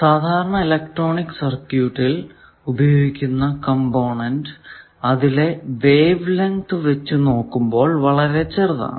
സാധാരണ ഇലക്ട്രോണിക് സർക്യൂട്ടിൽ ഉപയോഗിക്കുന്ന കമ്പോണന്റ് അതിലെ വേവ് ലെങ്ത് വച്ച് നോക്കുമ്പോൾ വളരെ ചെറുതാണ്